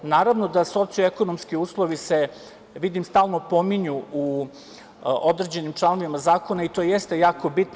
Naravno, da soci-ekonomski uslovi se stalno pominju u određenim članovima zakona i to jeste jako bitno.